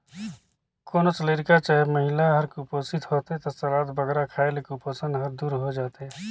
कोनोच लरिका चहे महिला हर कुपोसित होथे ता सलाद बगरा खाए ले कुपोसन हर दूर होए जाथे